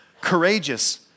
courageous